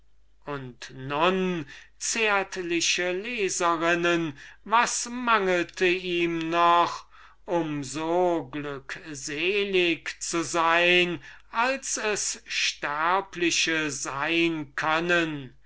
würde nun meine zärtlichen leserinnen mangelte ihm um so glückselig zu sein als es sterbliche sein können